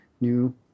new